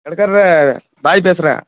கடைக்காரரே பாய் பேசுகிறேன்